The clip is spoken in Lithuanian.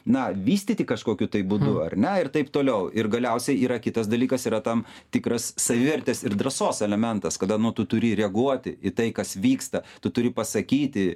na vystyti kažkokiu tai būnu ar ne ir taip toliau ir galiausiai yra kitas dalykas yra tam tikras savivertės ir drąsos elementas kada nu tu turi reaguoti į tai kas vyksta tu turi pasakyti